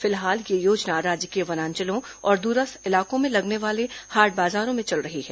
फिलहाल यह योजना राज्य के वनांचलों और द्रस्थ इलाकों में लगने वाले हाट बाजारों में चल रही है